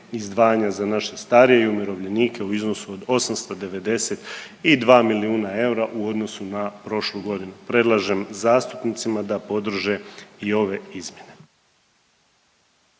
izdvajanja za naše starije i umirovljenike u iznosu od 892 milijuna eura u odnosu na prošlu godinu. Predlažem zastupnicima da podrže i ove izmjene.